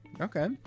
Okay